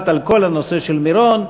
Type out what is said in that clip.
נעשה כרגע,